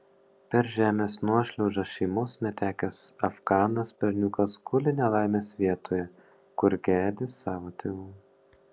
per žemės nuošliaužą šeimos netekęs afganas berniukas guli nelaimės vietoje kur gedi savo tėvų